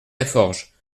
laforge